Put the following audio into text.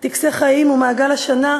טקסי חיים ומעגל השנה,